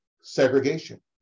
segregation